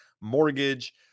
mortgage